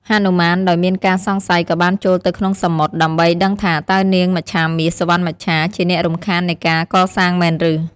ហនុមានដោយមានការសង្ស័យក៏បានចូលទៅក្នុងសមុទ្រ ដើម្បីដឹងថាតើនាងមច្ឆាមាស សុវណ្ណមច្ឆា ជាអ្នករំខាននៃការកសាងមែនឬ។